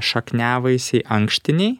šakniavaisiai ankštiniai